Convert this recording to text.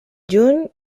juny